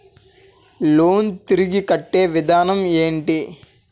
Loan తిరిగి కట్టే విధానం ఎంటి?